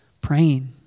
praying